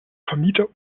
vermieter